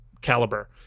caliber